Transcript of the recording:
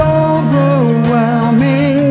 overwhelming